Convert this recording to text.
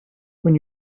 when